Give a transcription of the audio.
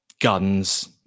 guns